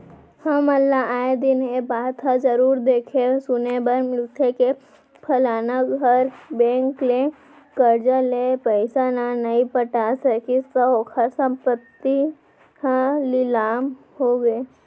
हमन ल आय दिन ए बात ह जरुर देखे सुने बर मिलथे के फलाना घर बेंक ले करजा ले पइसा न नइ पटा सकिस त ओखर संपत्ति ह लिलाम होगे